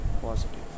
positive